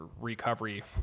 recovery